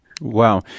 Wow